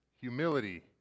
humility